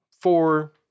four